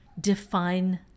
define